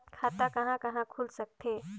खाता कहा कहा खुल सकथे?